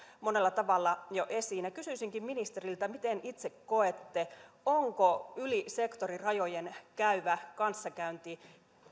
monella tavalla jo esiin ja kysyisinkin ministeriltä miten itse koette onko yli sektorirajojen käyvä kanssakäynti